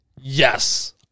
Yes